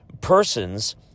persons